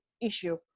issue